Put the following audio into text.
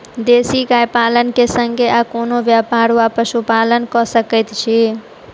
देसी गाय पालन केँ संगे आ कोनों व्यापार वा पशुपालन कऽ सकैत छी?